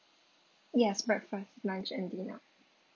yes breakfast lunch and dinner